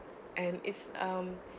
and it's um